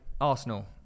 Arsenal